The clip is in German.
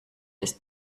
ist